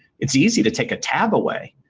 it's easy to take a tab away